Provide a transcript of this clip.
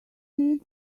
needs